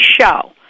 show